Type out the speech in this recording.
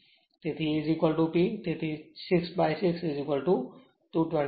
તેથી A P તેથી 6 by 6 224